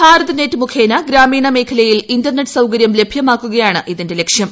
Bharat Net മുഖേന ഗ്രാമീണ മേഖലയിൽ ഇന്റർനെറ്റ് സൌകര്യം ലഭ്യമാക്കുകയാണ് ഇതിന്റെ ലക്ഷ്യം